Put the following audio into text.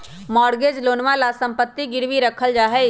mortgage लोनवा ला सम्पत्ति गिरवी रखल जाहई